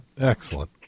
Excellent